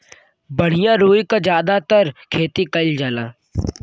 बढ़िया रुई क जादातर खेती कईल जाला